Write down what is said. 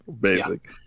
Basic